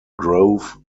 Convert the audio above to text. grove